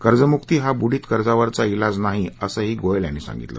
कर्जमुक्ती हा बुडीत कर्जावरचा ईलाज नाही असंही गोयल यांनी सांगितलं